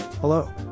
Hello